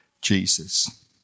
Jesus